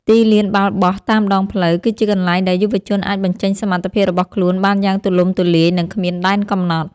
ទីលានបាល់បោះតាមដងផ្លូវ គឺជាកន្លែងដែលយុវជនអាចបញ្ចេញសមត្ថភាពរបស់ខ្លួនបានយ៉ាងទូលំទូលាយ និងគ្មានដែនកំណត់។